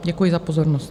Děkuji za pozornost.